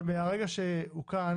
אבל מהרגע שהיא כאן,